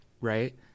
right